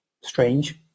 strange